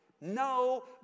no